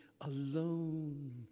alone